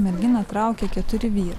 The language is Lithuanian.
merginą traukia keturi vyrai